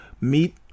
meet